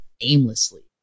aimlessly